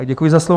Děkuji za slovo.